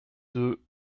deux